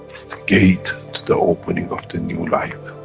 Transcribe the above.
gate to the opening of the new life,